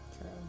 True